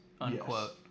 unquote